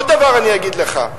עוד דבר אני אגיד לך: